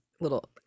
little